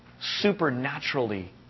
supernaturally